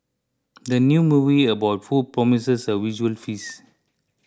the new movie about food promises a visual feast